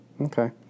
Okay